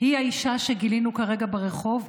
היא האישה שגילינו כרגע ברחוב,